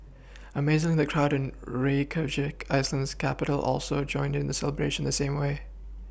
amazingly the crowd in Reykjavik iceland's capital also joined in the celebration the same way